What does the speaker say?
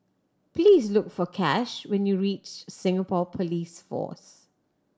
please look for Cash when you reach Singapore Police Force